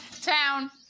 town